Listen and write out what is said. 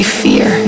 fear